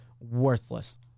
worthless